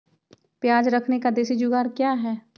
प्याज रखने का देसी जुगाड़ क्या है?